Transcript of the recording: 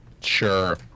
Sure